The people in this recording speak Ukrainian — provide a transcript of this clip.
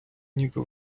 ніби